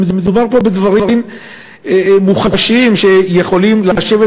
ומדובר פה בדברים מוחשיים יכולים לשבת